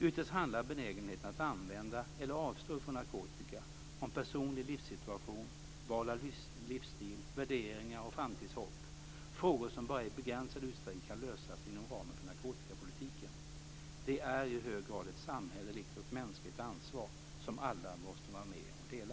Ytterst handlar benägenheten att använda eller avstå från narkotika om personlig livssituation, val av livsstil, värderingar och framtidshopp - frågor som bara i begränsad utsträckning kan lösas inom ramen för narkotikapolitiken. Det är i hög grad ett samhälleligt och mänskligt ansvar som alla måste vara med och dela.